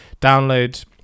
download